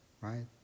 right